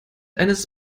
eines